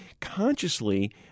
consciously